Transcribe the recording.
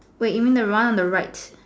wait you mean the one on the right